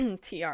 TR